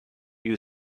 you